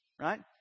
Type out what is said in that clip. right